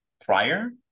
prior